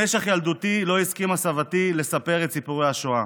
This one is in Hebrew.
במשך ילדותי לא הסכימה סבתי לספר את סיפורי השואה,